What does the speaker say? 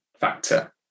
factor